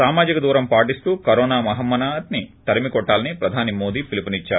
సామాజిక దూరం పాటిస్తూ కరోనా మహమ్మారిని తరిమి కొట్టాలని ప్రధాని మోదీ పిలుపునిచ్చారు